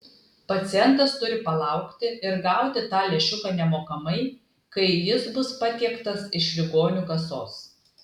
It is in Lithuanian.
pacientas turi palaukti ir gauti tą lęšiuką nemokamai kai jis bus patiektas iš ligonių kasos